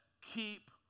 keep